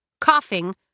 Coughing